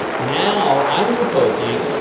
now, i'm proposing,